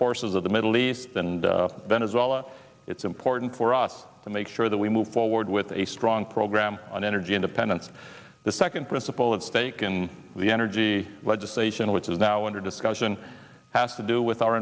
forces of the middle east and venezuela it's important for us to make sure that we move forward with a strong program on energy independence the second principle at stake in the energy legislation which is now under discussion has to do with our